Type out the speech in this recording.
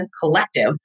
collective